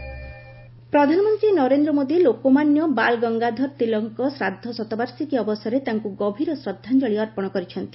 PM tribute Tilak ପ୍ରଧାନମନ୍ତ୍ରୀ ନରେନ୍ଦ୍ର ମୋଦି ଲୋକମାନ୍ୟ ବାଲ ଗଙ୍ଗାଧର ତିଳକଙ୍କ ଶ୍ରାଦ୍ଧ ଶତବାର୍ଷିକୀ ଅବସରରେ ତାଙ୍କୁ ଗଭୀର ଶ୍ରଦ୍ଧାଞ୍ଚଳି ଅର୍ପଣ କରିଛନ୍ତି